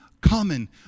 common